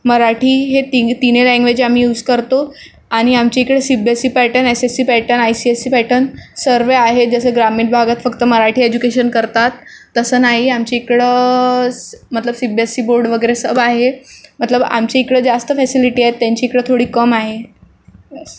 मराठी हे तीन तीनही लँग्वेज आम्ही यूज करतो आणि आमच्या इकडे C B S E pattern S S C pattern I C S E pattern सर्व आहे जसं ग्रामीण भागात फक्त मराठी एज्युकेशन करतात तसं नाही आमच्या इकडं मतलब C B S E board वगैरे सब आहे मतलब आमच्या इकडं जास्त फॅसिलिटी आहे त्यांच्या इकडं थोडी कमी आहे